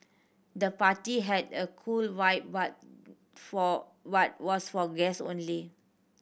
the party had a cool vibe but for but was for guests only